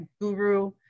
guru